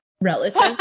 relative